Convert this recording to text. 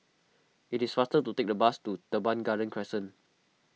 it is faster to take the bus to Teban Garden Crescent